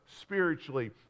spiritually